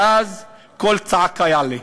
ואז קול צעקה יעלה.